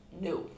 no